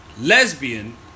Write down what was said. lesbian